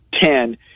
ten